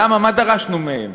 למה, מה דרשנו מהם?